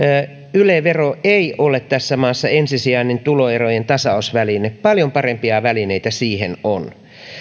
yle vero ei ole tässä maassa ensisijainen tuloerojen tasausväline paljon parempiakin välineitä siihen on